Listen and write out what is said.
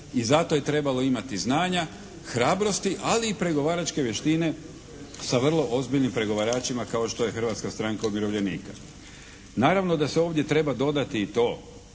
i zato je trebalo imati znanja, hrabrosti, ali i pregovaračke vještine sa vrlo ozbiljnim pregovaračima kao što je Hrvatska stranka umirovljenika. Naravno da se ovdje treba dodati i to